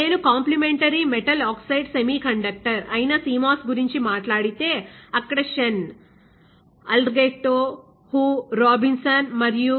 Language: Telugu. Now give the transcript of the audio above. నేను కాంప్లిమెంటరీ మెటల్ ఆక్సైడ్ సెమీకండక్టర్ అయిన CMOS గురించి మాట్లాడితే అక్కడ షెన్ అలెర్గ్రెట్టో హు రాబిన్సన్ యు